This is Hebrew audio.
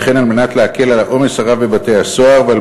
וכן על מנת להקל על העומס הרב בבתי-הסוהר ועל